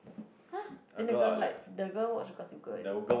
!huh! then the girl like the girl watch Gossip Girl is it